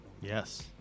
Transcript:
yes